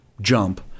jump